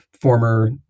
former